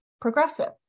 progressive